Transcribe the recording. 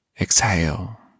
Exhale